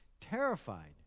terrified